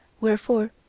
Wherefore